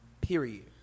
Period